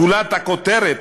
גולת הכותרת,